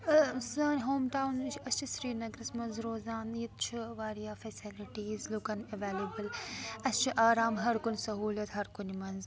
ٲں سٲنۍ home town أسۍ چھِ سرینَگرَس منٛز روزان ییٚتہِ چھِ واریاہ فیسَلٹیٖز لوٗکَن ایٚویلیبٕل اسہِ چھُ آرام ہَر کُنہِ سہوٗلیت ہَر کُنہِ منٛز